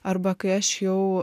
arba kai aš jau